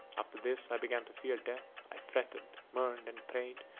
after this i began to fear death i fretted, mourned, and prayed,